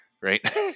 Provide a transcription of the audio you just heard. right